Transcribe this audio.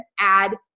add